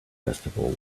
festival